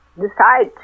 decide